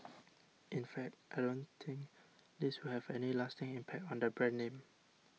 in fact I don't think this will have any lasting impact on the brand name